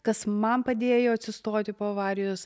kas man padėjo atsistoti po avarijos